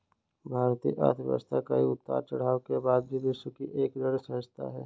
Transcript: भारतीय अर्थव्यवस्था कई उतार चढ़ाव के बाद भी विश्व की एक सुदृढ़ व्यवस्था है